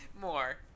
More